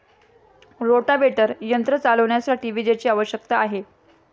rotavator यंत्र चालविण्यासाठी विजेची आवश्यकता आहे